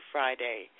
Friday